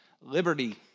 liberty